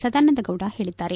ಸದಾನಂದಗೌಡ ಹೇಳಿದ್ದಾರೆ